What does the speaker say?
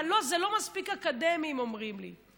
לא, זה לא מספיק אקדמי, הם אומרים לי.